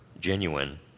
genuine